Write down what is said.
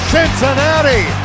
Cincinnati